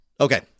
Okay